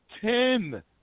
ten